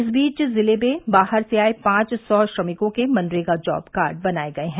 इस बीच जिले में बाहर से आए पांच सौ श्रमिकों के मनरेगा जॉब कार्ड बनाए गए हैं